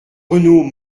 renault